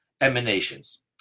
emanations